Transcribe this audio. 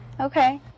Okay